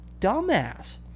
dumbass